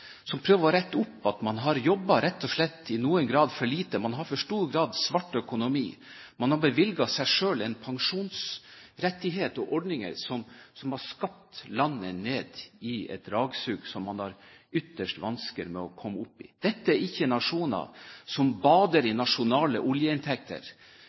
som prøver å rette opp at man i noen grad rett og slett har jobbet for lite. Man har i for stor grad svart økonomi. Man har bevilget seg selv en pensjonsrettighet og ordninger som har dratt landet ned i et dragsug, som man har de ytterste vansker med å komme opp av. Dette er ikke nasjoner som bader i